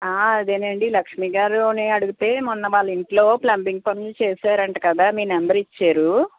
అదేనండి లక్ష్మిగారిని అడిగితే మొన్న వాళ్ళింట్లో ప్లంబింగ్ పనులు చేసారంట కదా మీ నెంబర్ ఇచ్చారు